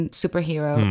superhero